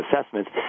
assessments